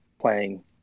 playing